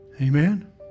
Amen